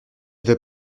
veux